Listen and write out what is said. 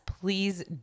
please